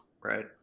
right